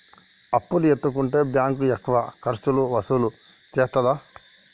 అప్పు ఎత్తుకుంటే బ్యాంకు ఎక్కువ ఖర్చులు వసూలు చేత్తదా?